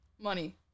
Money